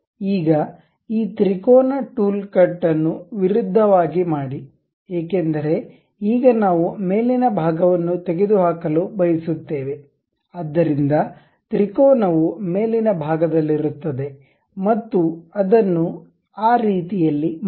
ಈಗ ಈ ತ್ರಿಕೋನ ಟೂಲ್ ಕಟ್ ಅನ್ನು ವಿರುದ್ಧವಾಗಿ ಮಾಡಿ ಏಕೆಂದರೆ ಈಗ ನಾವು ಮೇಲಿನ ಭಾಗವನ್ನು ತೆಗೆದುಹಾಕಲು ಬಯಸುತ್ತೇವೆ ಆದ್ದರಿಂದ ತ್ರಿಕೋನವು ಮೇಲಿನ ಭಾಗದಲ್ಲಿರುತ್ತದೆ ಮತ್ತು ಅದನ್ನು ಆ ರೀತಿಯಲ್ಲಿ ಮಾಡಿ